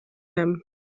them